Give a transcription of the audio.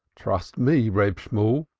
trust me, reb shemuel,